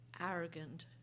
arrogant